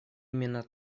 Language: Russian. именно